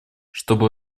чтоб